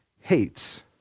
hates